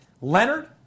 Leonard